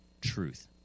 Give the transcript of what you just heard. truth